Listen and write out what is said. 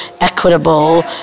equitable